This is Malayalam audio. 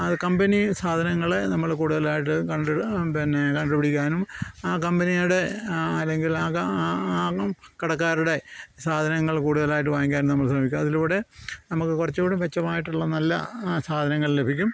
അത് കമ്പനി സാധനങ്ങളെ നമ്മൾ കൂടുതലായിട്ട് കണ്ട് പിന്നെ കണ്ടുപിടിക്കാനും ആ കമ്പനിയുടെ ആരെങ്കിലുമൊക്കെ ആ കടക്കാരുടെ സാധനങ്ങൾ കൂടുതലായിട്ട് വാങ്ങിക്കാൻ നമ്മൾ ശ്രമിക്കും അതിലൂടെ നമുക്ക് കുറച്ചൂകൂടി മെച്ചമായിട്ടുള്ള നല്ല സാധനങ്ങൾ ലഭിക്കും